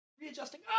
Readjusting